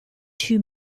two